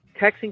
texting